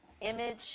image